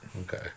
Okay